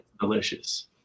Delicious